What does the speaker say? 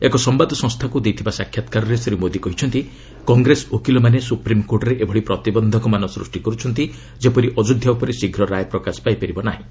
ଏକ ସମ୍ଭାଦ ସଂସ୍ଥାକୃ ଦେଇଥିବା ସାକ୍ଷାତକାରରେ ଶ୍ରୀ ମୋଦି କହିଛନ୍ତି କଂଗ୍ରେସ ଓକିଲମାନେ ସୁପ୍ରିମକୋର୍ଟରେ ଏଭଳି ପ୍ରତିବନ୍ଧକମାନ ସୃଷ୍ଟି କର୍ରଛନ୍ତି ଯେପରି ଅଯୋଧ୍ୟା ଉପରେ ଶୀଘ୍ର ରାୟ ପ୍ରକାଶ ପାଇପାରିବ ନାହିଁ